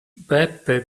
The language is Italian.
beppe